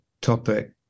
topic